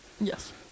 yes